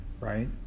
right